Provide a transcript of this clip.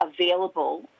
available